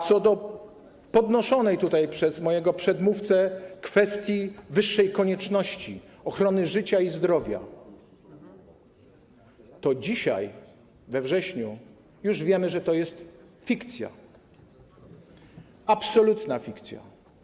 Co do podnoszonej tutaj przez mojego przedmówcę kwestii wyższej konieczności, ochrony życia i zdrowia to dzisiaj, we wrześniu, już wiemy, że to jest fikcja, absolutna fikcja.